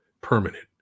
permanent